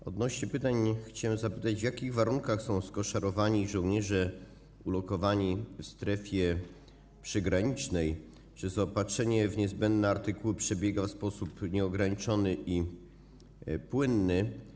Wracając do pytań, chciałem zapytać, w jakich warunkach są skoszarowani żołnierze ulokowani w strefie przygranicznej, czy zaopatrzenie w niezbędne artykuły przebiega w sposób nieograniczony i płynny.